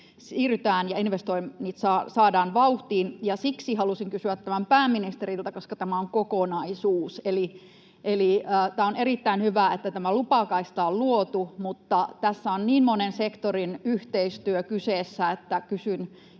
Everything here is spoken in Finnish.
siirrytään ja investoinnit saadaan vauhtiin. Siksi halusin kysyä tämän pääministeriltä, koska tämä on kokonaisuus. Eli on erittäin hyvä, että tämä lupakaista on luotu, mutta tässä on niin monen sektorin yhteistyö kyseessä, että kysyn